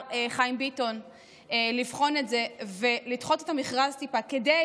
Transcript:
חיים ביטון לבחון את זה ולדחות את המכרז טיפה כדי